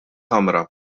kamra